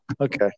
Okay